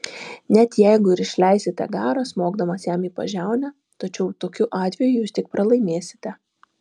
net jeigu ir išleisite garą smogdamas jam į pažiaunę tačiau tokiu atveju jūs tik pralaimėsite